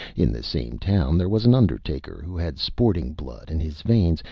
in the same town there was an undertaker who had sporting blood in his veins,